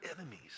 enemies